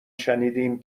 شنیدیم